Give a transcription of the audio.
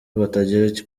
batagira